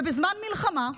ובזמן מלחמה,